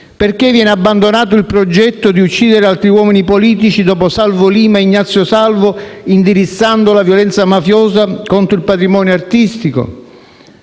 Perché viene abbandonato il progetto di uccidere altri uomini politici dopo Salvo Lima e Ignazio Salvo, indirizzando la violenza mafiosa contro il patrimonio artistico?